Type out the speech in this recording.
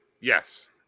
Yes